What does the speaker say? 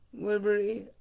liberty